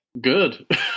Good